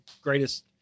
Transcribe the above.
greatest